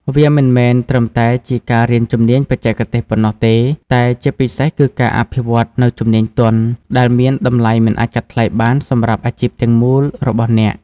វាមិនមែនត្រឹមតែជាការរៀនជំនាញបច្ចេកទេសប៉ុណ្ណោះទេ តែជាពិសេសគឺការអភិវឌ្ឍនូវ ជំនាញទន់ ដែលមានតម្លៃមិនអាចកាត់ថ្លៃបានសម្រាប់អាជីពទាំងមូលរបស់អ្នក។